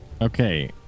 Okay